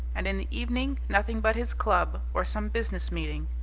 and in the evening nothing but his club, or some business meeting.